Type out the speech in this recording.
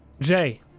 Jay